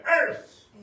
earth